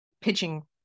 pitching